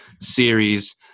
series